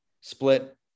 split